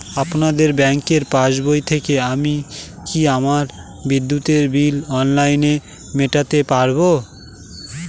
আপনাদের ব্যঙ্কের পাসবই থেকে আমি কি আমার বিদ্যুতের বিল অনলাইনে মেটাতে পারবো?